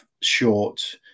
short